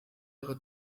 ihre